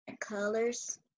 colors